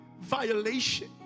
violation